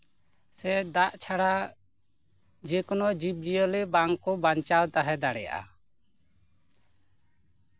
ᱥᱮ ᱫᱟᱜ ᱪᱷᱟᱲᱟ ᱡᱮᱠᱳᱱᱳ ᱡᱤᱵᱼᱡᱤᱭᱟᱹᱞᱤ ᱵᱟᱝᱠᱚ ᱵᱟᱧᱪᱟᱣ ᱛᱟᱦᱮᱸ ᱫᱟᱲᱮᱭᱟᱜᱼᱟ